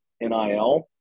NIL